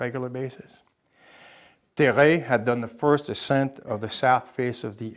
regular basis if they had done the first ascent of the south face of the